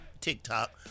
TikTok